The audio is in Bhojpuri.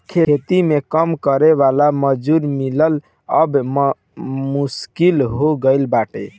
खेती में काम करे वाला मजूर मिलल अब मुश्किल हो गईल बाटे